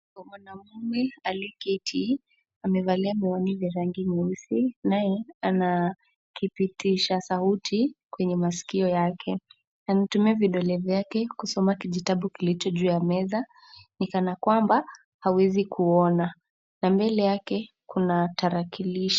Mwanamume aliketi amevalia miwani vya rangi nyeusi. Naye ana kipitisha sauti kwenye masikio yake .Anatumia vidole vyake kusoma kijitabu kilicho juu ya meza. Ni kana kwamba hawezi kuona na mbele yake Kuna tarakilishi.